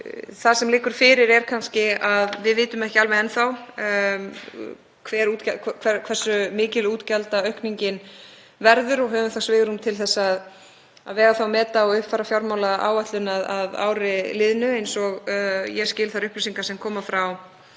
Það sem liggur fyrir er að við vitum ekki alveg enn þá hversu mikil útgjaldaaukningin verður og höfum svigrúm til að vega það og meta og uppfæra fjármálaáætlun að ári liðnu eins og ég skil þær upplýsingar sem koma frá